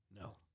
No